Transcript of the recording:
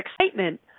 excitement